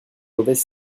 mauvais